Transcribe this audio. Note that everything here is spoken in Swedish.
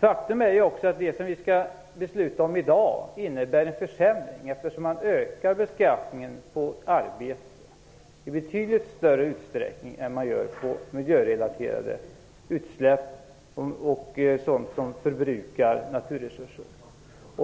Faktum är också att det vi skall besluta om i dag innebär en försämring, eftersom man ökar beskattningen på arbete i betydligt större utsträckning än man gör på miljörelaterade utsläpp och sådant som förbrukar naturresurser.